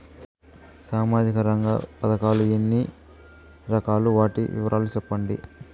సామాజిక రంగ పథకాలు ఎన్ని రకాలు? వాటి వివరాలు సెప్పండి